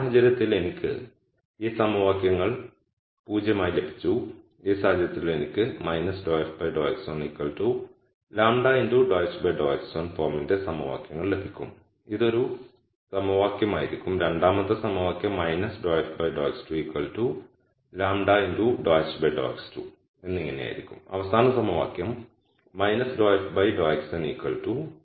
ഈ സാഹചര്യത്തിൽ എനിക്ക് ഈ സമവാക്യങ്ങൾ 0 ആയി ലഭിച്ചു ഈ സാഹചര്യത്തിൽ എനിക്ക് ∂f∂x1 λ∂h∂x1 ഫോമിന്റെ സമവാക്യങ്ങൾ ലഭിക്കും ഇതൊരു സമവാക്യമായിരിക്കും രണ്ടാമത്തെ സമവാക്യം ∂f∂x2 λ ∂h∂x2 എന്നിങ്ങനെയായിരിക്കും അവസാന സമവാക്യം ∂f ∂ xn λ ∂h ∂xn